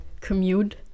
commute